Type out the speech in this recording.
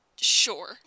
Sure